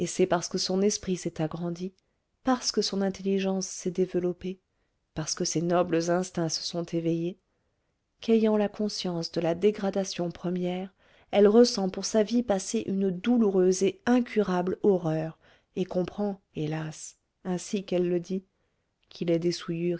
c'est parce que son esprit s'est agrandi parce que son intelligence s'est développée parce que ses nobles instincts se sont éveillés qu'ayant la conscience de la dégradation première elle ressent pour sa vie passée une douloureuse et incurable horreur et comprend hélas ainsi qu'elle le dit qu'il est des